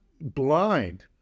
blind